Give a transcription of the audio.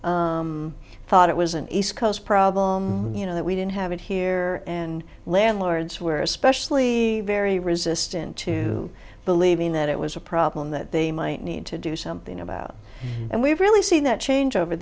i thought it was an east coast problem you know that we didn't have it here and landlords were especially very resistant to believing that it was a problem that they might need to do something about and we've really seen that change over